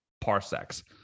parsecs